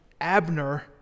Abner